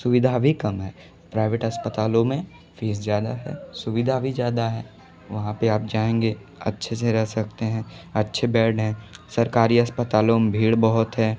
सुविधा भी कम है प्राइवेट अस्पतालों में फ़ीस ज़्यादा है सुविधा भी ज़्यादा है वहाँ पर आप जाएंगे अच्छे से रह सकते हैं अच्छे बेड हैं सरकारी अस्पतालों में भीड़ बहुत है